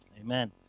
Amen